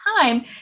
time